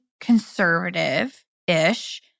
conservative-ish